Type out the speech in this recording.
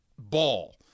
Ball